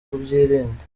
kubyirinda